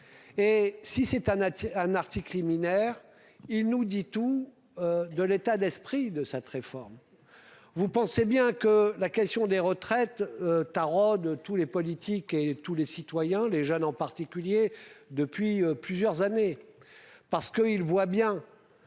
Et si cette année un article liminaire, il nous dit tout. De l'état d'esprit de cette réforme. Vous pensez bien que la question des retraites. Taraude tous les politiques et tous les citoyens, les jeunes en particulier depuis plusieurs années. Parce qu'il voit bien.